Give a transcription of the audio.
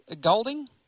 Golding